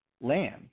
land